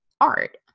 art